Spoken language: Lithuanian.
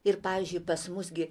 ir pavyzdžiui pas mus gi